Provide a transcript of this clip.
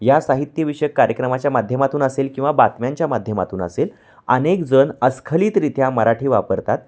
या साहित्यविषयक कार्यक्रमाच्या माध्यमातून असेल किंवा बातम्यांच्या माध्यमातून असेल अनेक जण अस्खलितरित्या मराठी वापरतात